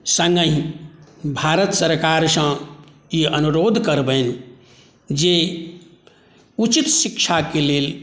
सङ्गहि भारत सरकारसँ ई अनुरोध करबनि जे उचित शिक्षाके लेल